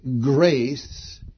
grace